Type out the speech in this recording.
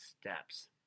steps